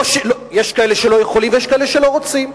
יש כאלה שלא יכולים ויש כאלה שלא רוצים.